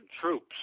troops